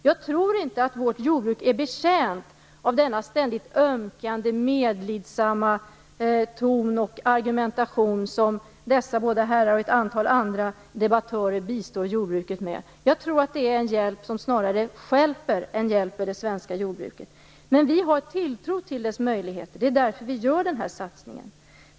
Jag tror inte att vårt jordbruk är betjänt av den ständigt ömkande och medlidsamma ton och argumentation som dessa båda herrar och ett antal andra debattörer består jordbruket med. Jag tror att det är en hjälp som snarare stjälper än hjälper det svenska jordbruket. Vi har en tilltro till dess möjligheter, och det är därför som vi gör den här satsningen.